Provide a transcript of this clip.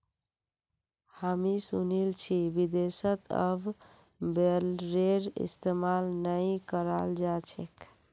हामी सुनील छि विदेशत अब बेलरेर इस्तमाल नइ कराल जा छेक